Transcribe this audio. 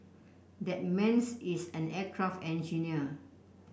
that man is an aircraft engineer